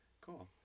cool